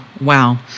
Wow